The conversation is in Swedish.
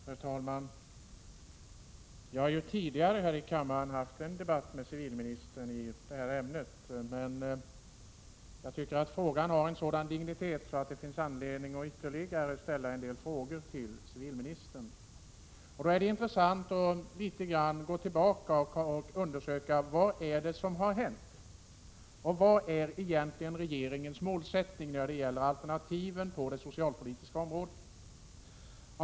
Herr talman! Jag har tidigare i kammaren haft en debatt med civilministern i det här ämnet, men jag tycker att frågan har en sådan dignitet att det finns anledning att ställa ytterligare en del frågor till civilministern. Då är det intressant att gå tillbaka litet grand och undersöka vad som har hänt och vad som är regeringens målsättning i fråga om alternativen på det socialpolitiska området.